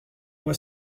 moi